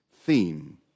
theme